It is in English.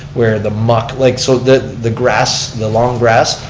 where the muck. like so the the grass, the long grass,